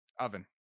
Oven